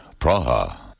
Praha